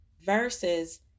versus